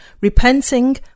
repenting